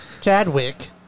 Chadwick